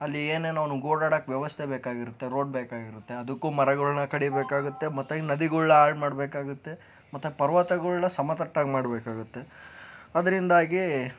ಅಲ್ಲಿ ಏನೇನೊ ನಮ್ಗೆ ಓಡಾಡೋಕೆ ವ್ಯವಸ್ಥೆ ಬೇಕಾಗಿರುತ್ತೆ ರೋಡ್ ಬೇಕಾಗಿರುತ್ತೆ ಅದಕ್ಕೂ ಮರಗಳನ್ನ ಕಡೀಬೇಕಾಗುತ್ತೆ ಮತ್ತೆ ನದಿಗಳು ಹಾಳು ಮಾಡಬೇಕಾಗುತ್ತೆ ಮತ್ತೆ ಪರ್ವತಗಳನ್ನ ಸಮತಟ್ಟಾಗಿ ಮಾಡಬೇಕಾಗುತ್ತೆ ಅದರಿಂದಾಗಿ